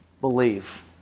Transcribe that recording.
believe